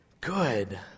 good